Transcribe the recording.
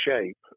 shape